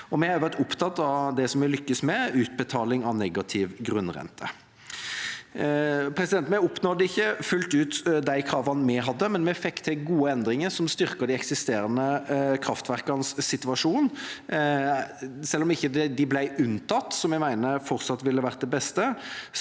vi lykkes med – utbetaling av negativ grunnrente. Vi oppnådde ikke fullt ut de kravene vi hadde, men vi fikk til gode endringer som styrker de eksisterende kraftverkenes situasjon. Selv om de ikke ble unntatt, som jeg fortsatt mener ville vært det beste,